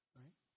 right